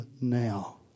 now